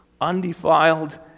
undefiled